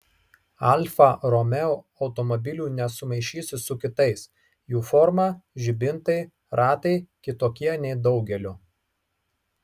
alfa romeo automobilių nesumaišysi su kitais jų forma žibintai ratai kitokie nei daugelio